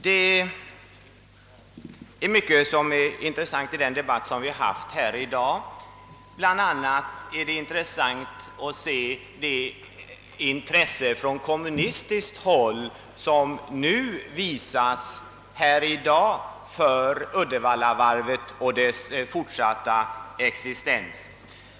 Det är mycket som är intressant i den debatt som vi haft här i dag. Bland annat är det intressant att konstatera det intresse som från kommunistiskt håll här visas för Uddevallavarvet och dess fortsatta existens.